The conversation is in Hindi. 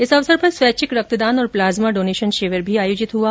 इस अवसर पर स्वैच्छिक रेक्तदान और प्लाज्मा डोनेशन शिविर भी आयोजित हुआ